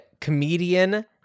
comedian